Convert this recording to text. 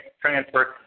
transfer